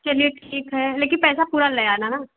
चलिए ठीक है लेकिन पैसा पूरा ले आना हाँ